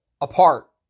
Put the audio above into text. apart